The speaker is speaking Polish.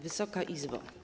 Wysoka Izbo!